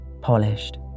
polished